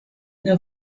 der